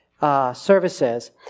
services